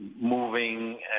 moving